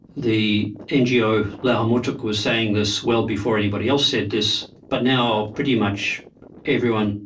the ngo la'o hamutuk was saying this well before anybody else said this, but now pretty much everyone,